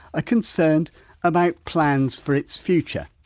ah concerned about plans for its future.